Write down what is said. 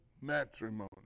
matrimony